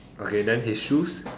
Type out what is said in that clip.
okay then his shoes